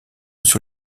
sur